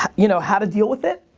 you know, how to deal with it?